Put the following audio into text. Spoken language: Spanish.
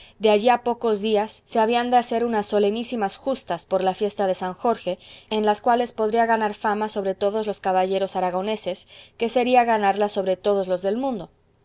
de allí a pocos días se habían de hacer unas solenísimas justas por la fiesta de san jorge en las cuales podría ganar fama sobre todos los caballeros aragoneses que sería ganarla sobre todos los del mundo